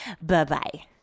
bye-bye